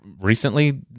recently